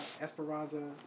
Esperanza